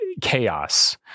chaos